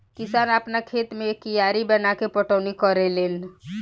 किसान आपना खेत मे कियारी बनाके पटौनी करेले लेन